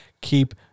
keep